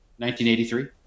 1983